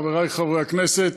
חברי חברי הכנסת,